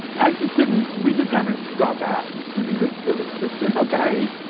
i just didn't, we just haven't gone back. we just, it was just, it's ok.